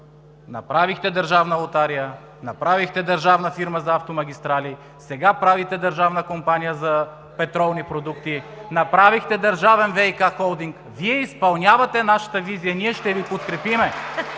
направихте държавна лотария, направихте държавна фирма за автомагистрали, сега правите държавна компания за петролни продукти, направихте държавен ВиК холдинг. Вие изпълнявате нашата визия. (Възгласи: „Браво!“